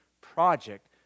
project